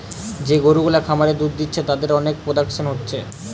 যে গরু গুলা খামারে দুধ দিচ্ছে তাদের অনেক প্রোডাকশন হচ্ছে